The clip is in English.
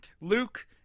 Luke